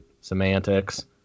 semantics